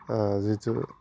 जितु